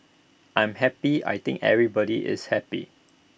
I'm happy I think everybody is happy